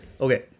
okay